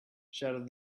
shouted